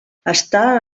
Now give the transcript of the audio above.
està